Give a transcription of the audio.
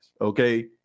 okay